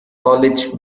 college